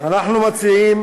אנחנו מציעים